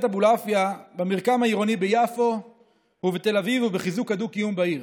אבולעפיה במרקם העירוני ביפו ובתל אביב ובחיזוק הדו-קיום בעיר.